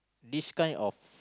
this kind of